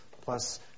plus